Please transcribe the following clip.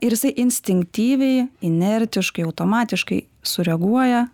ir jisai instinktyviai inertiškai automatiškai sureaguoja